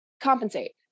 compensate